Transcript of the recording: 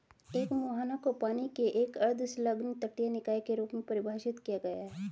एक मुहाना को पानी के एक अर्ध संलग्न तटीय निकाय के रूप में परिभाषित किया गया है